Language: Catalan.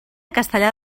castellar